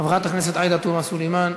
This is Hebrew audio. חברת הכנסת עאידה תומא סלימאן,